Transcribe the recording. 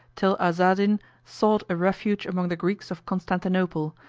till azzadin sought a refuge among the greeks of constantinople,